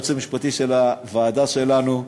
היועץ המשפטי של הוועדה שלנו,